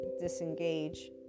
disengage